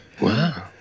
Wow